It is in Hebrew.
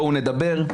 בואו נדבר,